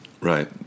Right